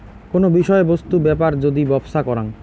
কোন বিষয় বস্তু বেপার যদি ব্যপছা করাং